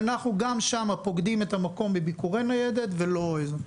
ואנחנו גם שם פוקדים את המקום בביקורי ניידת ולא מעבר.